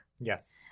Yes